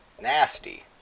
nasty